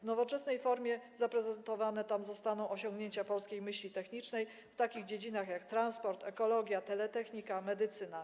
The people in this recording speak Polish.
W nowoczesnej formie zaprezentowane tam zostaną osiągnięcia polskiej myśli technicznej w takich dziedzinach jak transport, ekologia, teletechnika, medycyna.